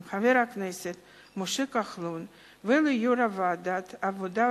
חבר הכנסת משה כחלון וליו"ר ועדת העבודה,